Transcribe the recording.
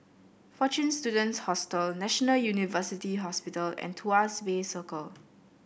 Fortune Students Hostel National University Hospital and Tuas Bay Circle